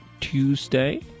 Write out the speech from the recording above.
Tuesday